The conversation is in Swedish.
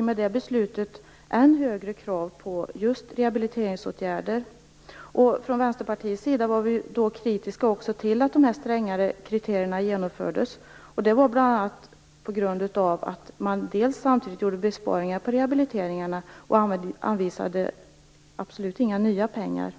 och med det beslutet ställdes det också än högre krav på just rehabiliteringsåtgärder. Från Vänsterpartiets sida var vi kritiska till att de här strängare kriterierna infördes. Det var vi bl.a. på grund av att man samtidigt gjorde besparingar på rehabiliteringarna och att man absolut inte anvisade några nya pengar.